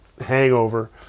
hangover